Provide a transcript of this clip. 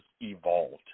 evolved